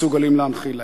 מסוגלים להנחיל להם.